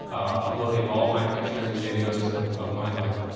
uploading all my pictures and videos of of my life.